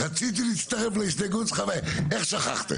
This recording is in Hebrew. רציתי להצטרף להסתייגות שלאבל איך שכחת,